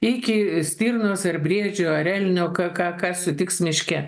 iki stirnos ar briedžio ar elnio ką ką ką sutiks miške